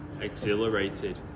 exhilarated